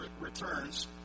returns